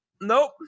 nope